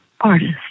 artist